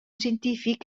científic